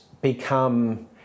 become